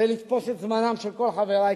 ולתפוס את זמנם של כל חברי,